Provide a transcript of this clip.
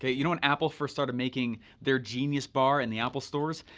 you know when apple first started making their genius bar in the apple stores,